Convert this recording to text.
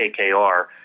KKR